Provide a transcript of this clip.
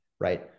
right